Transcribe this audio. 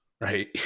right